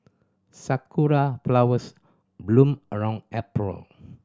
sakura flowers bloom around April